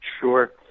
Sure